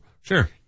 Sure